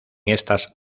estas